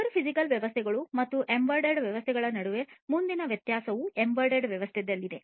cyber physical ವ್ಯವಸ್ಥೆಗಳು ಮತ್ತು embedded ವ್ಯವಸ್ಥೆಗಳ ನಡುವಿನ ಮುಂದಿನ ವ್ಯತ್ಯಾಸವು ಎಂಬೆಡೆಡ್ ವ್ಯವಸ್ಥೆಯಲ್ಲಿದೆ